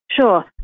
Sure